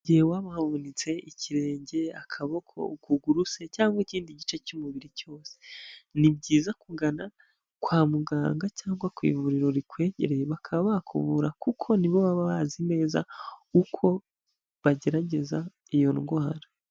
Igihe waba wavunitse ikirenge, akaboko, ukuguru se cyangwa ikindi gice cy'umubiri cyose, ni byiza kugana kwa muganga cyangwa ku ivuriro rikwegereye bakaba bakuvura kuko ni bo baba bazi neza uko bagerageza iyo ndwara.